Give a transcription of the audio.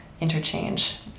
interchange